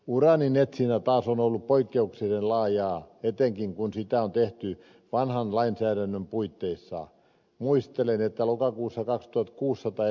uraanin etsintä taas on ollut poikkeuksellisen laajaa etenkin kun sitä on tehty vanhan lainsäädännön puitteissa muistelee talovanhus joka tuo kuussa tai